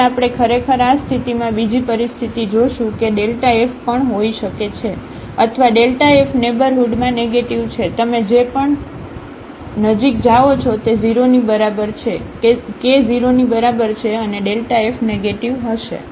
હવે આપણે ખરેખર આ સ્થિતિમાં બીજી પરિસ્થિતિ જોશું કેf પણ હોઈ શકે છે અથવા f નેઇબરહુડમાં નેગેટીવ છે તમે જે પણ નજીક જાઓ છો તે 0 ની બરાબર છે કે 0 ની બરાબર છે અને આ f નેગેટિવ હશે